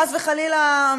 חס וחלילה,